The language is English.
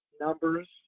numbers